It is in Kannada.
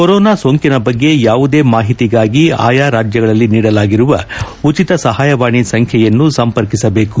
ಕೊರೋನಾ ಸೋಂಕಿನ ಬಗ್ಗೆ ಯಾವುದೇ ಮಾಹಿತಿಗಾಗಿ ಆಯಾ ರಾಜ್ಯಗಳಲ್ಲಿ ನೀಡಲಾಗಿರುವ ಉಚಿತ ಸಹಾಯವಾಣಿ ಸಂಖ್ಯೆಯನ್ನು ಸಂಪರ್ಕಿಸಬೇಕು